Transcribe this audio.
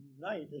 night